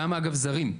גם אגב זרים,